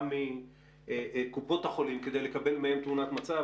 גם מקופות החולים כדי לקבל מהם תמונת מצב.